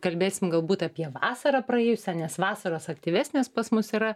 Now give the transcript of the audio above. kalbėsim galbūt apie vasarą praėjusią nes vasaros aktyvesnės pas mus yra